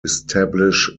establish